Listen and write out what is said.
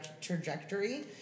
trajectory